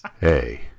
hey